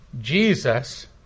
Jesus